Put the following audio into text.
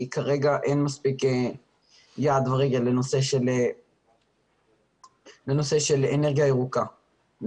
כרגע אין מספיק יד ורגל בנושא של אנרגיה ירוקה,